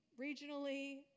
regionally